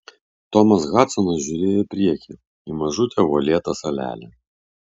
tomas hadsonas žiūrėjo į priekį į mažutę uolėtą salelę